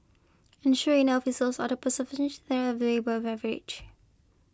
and sure enough his also are the above average